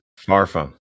smartphone